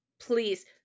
please